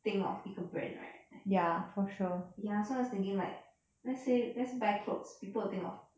think of 一个 brand right like ya so I was thinking like let's say let's buy clothes people will think of